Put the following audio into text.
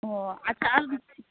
ᱚᱻ ᱟᱪᱪᱷᱟ ᱟᱨ ᱢᱤᱫᱴᱮᱱ